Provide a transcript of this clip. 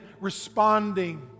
responding